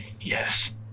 Yes